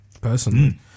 personally